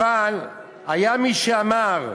אבל היה מי שאמר: